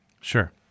Sure